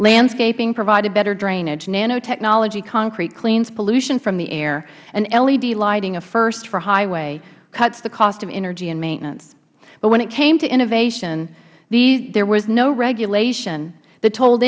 landscaping provided better drainage nanotechnology concrete cleans pollution from the air and led lighting a first for highway cuts the cost of energy and maintenance but when it came to innovation there was no